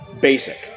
basic